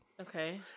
okay